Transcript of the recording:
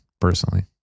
personally